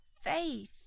faith